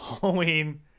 halloween